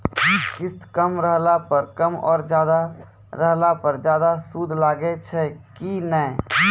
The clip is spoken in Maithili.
किस्त कम रहला पर कम और ज्यादा रहला पर ज्यादा सूद लागै छै कि नैय?